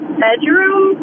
bedroom